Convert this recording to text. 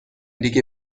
دیگه